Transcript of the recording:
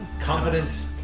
confidence